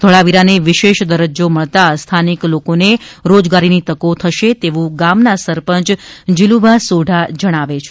ધોળાવીરાને વિશેષ દરજ્જો મળતા સ્થાનિક લોકોને રાજગારીની તકો થશે તેવું ગામના સરપંચ જીલુભા સોઢા જણાવે છે